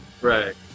Right